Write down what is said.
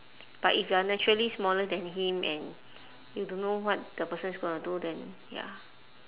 but if you are naturally smaller than him and you don't know what the person is gonna do then ya